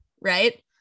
right